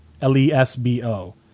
L-E-S-B-O